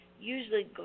Usually